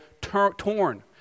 torn